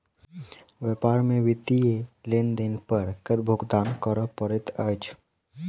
व्यापार में वित्तीय लेन देन पर कर भुगतान करअ पड़ैत अछि